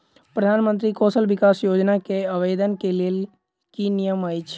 प्रधानमंत्री कौशल विकास योजना केँ आवेदन केँ लेल की नियम अछि?